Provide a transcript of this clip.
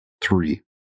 three